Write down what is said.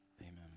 amen